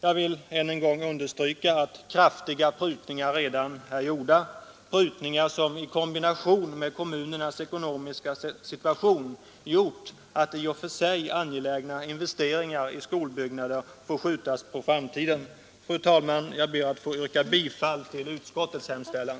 Jag vill än en gång understryka att kraftiga prutningar redan är gjorda, prutningar som i kombination med kommunernas ekonomiska situation gjort att i och för sig angelägna investeringar i skolbyggnader får skjutas på framtiden. Fru talman! Jag ber att få yrka bifall till utskottets hemställan.